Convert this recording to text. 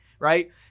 right